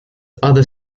other